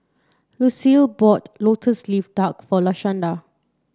Lucile bought lotus leaf duck for Lashanda